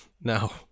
No